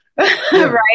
right